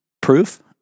proof